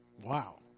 Wow